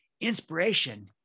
Inspiration